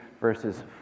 verses